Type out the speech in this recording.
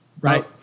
Right